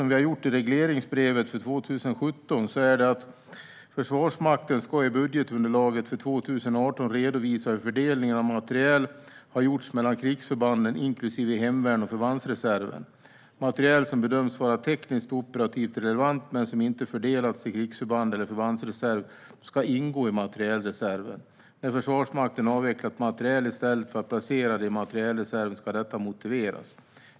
I regleringsbrevet för 2017 står det: "Försvarsmakten ska i budgetunderlaget för 2018 redovisa hur fördelning av materiel har gjorts mellan krigsförbanden inklusive hemvärn och förbandsreserven. Materiel som bedöms vara teknisk och operativ relevant men som inte fördelats till krigsförband eller förbandsreserv ska ingå i materielreserven. När Försvarsmakten avvecklat materiel istället för att placera den i materielreserven ska detta motiveras.